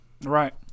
Right